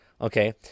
Okay